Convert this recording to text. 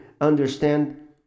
understand